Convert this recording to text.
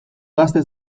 gazte